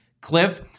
Cliff